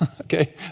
Okay